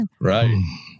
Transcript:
Right